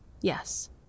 yes